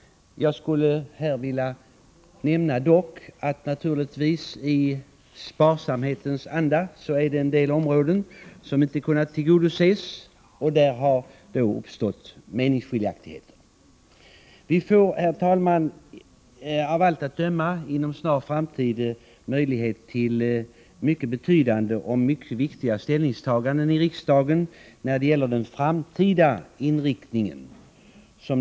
Jag skulle dock vilja nämna att det i sparsamhetens anda naturligtvis är en del områden som inte kunnat tillgodoses, och där har då uppstått meningsskiljaktigheter. Vi får av allt att döma, herr talman, inom en snar framtid möjlighet till mycket betydande och viktiga ställningstaganden i riksdagen när det gäller den framtida inriktningen av dessa frågor.